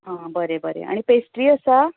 हां बरें बरें आनी पेस्ट्री आसा